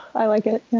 i like it. it's